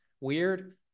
weird